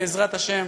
בעזרת השם,